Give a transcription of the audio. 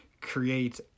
create